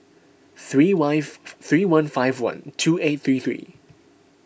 three wife three one five one two eight three three